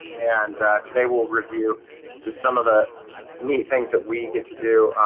and today we'll review just some of the neat things that we get to do.